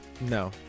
No